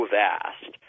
vast